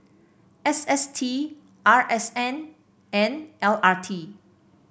S S T R S N and L R T